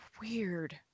weird